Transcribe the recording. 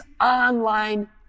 Online